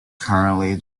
currently